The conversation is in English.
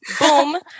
Boom